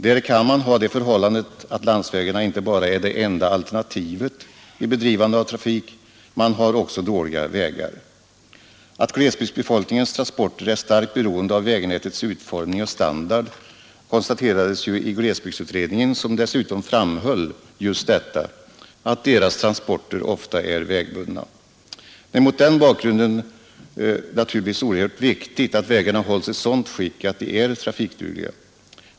Där kan det vara så att landsvägarna inte bara är det enda alternativet vid bedrivandet av trafik, utan de är ofta också dåliga. Att glesbygdsbefolkningens transporter är starkt beroende av vägnätets utformning och standard konstaterades i glesbygdsutredningen, som dessutom framhöll att deras transporter ofta är mer vägbundna. Det är mot den bakgrunden naturligtvis oerhört viktigt att dessa vägar hålls i sådant skick att de är trafikdugliga.